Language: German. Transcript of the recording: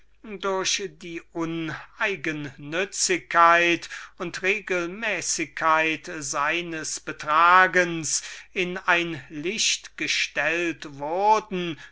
durch die uneigennützigkeit und regelmäßigkeit seines betragens in ein licht gestellt wurden